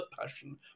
passion